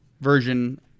version